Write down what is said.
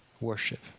worship